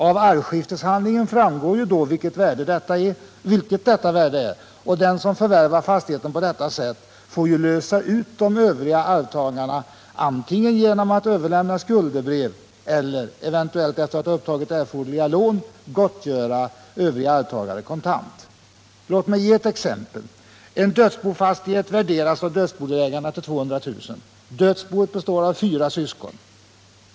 Av arvskifteshandlingen framgår vilket detta värde är, och den som förvärvar fastigheten på det sättet får ju lösa ut övriga arvtagare antingen genom att överlämna skuldebrev eller — eventuellt efter att ha upptagit erforderliga lån — gottgöra övriga arvtagare kontant. Låt mig ge ett exempel. En dödsbofastighet värderas av dödsbodelägarna till 200 000 kr. Dödsboet består av fyra syskon.